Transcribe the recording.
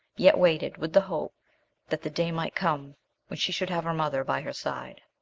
yet waited with the hope that the day might come when she should have her mother by her side.